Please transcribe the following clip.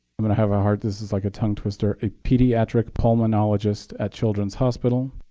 i'm going to have a hard this is like a tongue twister a pediatric pulmonologist at children's hospital,